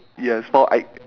yes four I